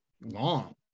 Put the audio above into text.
Long